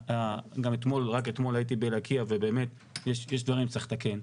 רק אתמול הייתי בלקיה ובאמת יש דברים שצריך לתקן.